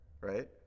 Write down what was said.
right